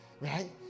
right